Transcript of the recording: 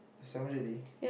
seven hundred D